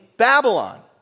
Babylon